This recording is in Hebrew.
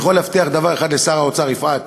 אני יכול להבטיח דבר אחד לשר האוצר, יפעת,